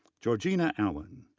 georgina allen,